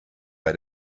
bei